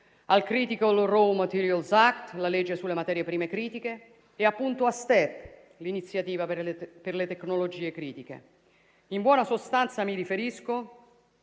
al Critical raw materials act, la legge sulle materie prime critiche e a Step, l'iniziativa per le tecnologie critiche. In buona sostanza, mi riferisco